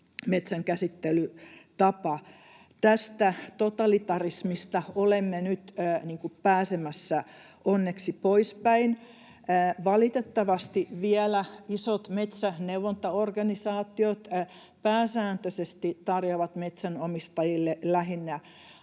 metsänkäsittelytapa. Tästä totalitarismista olemme nyt pääsemässä onneksi poispäin. Valitettavasti vielä isot metsäneuvontaorganisaatiot pääsääntöisesti tarjoavat metsänomistajille lähinnä